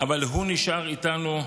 אבל הוא נשאר איתנו,